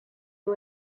you